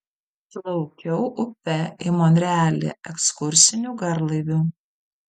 plaukiau upe į monrealį ekskursiniu garlaiviu